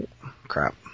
Crap